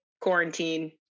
quarantine